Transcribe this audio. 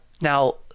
Now